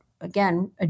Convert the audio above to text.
again